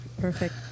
Perfect